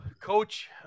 coach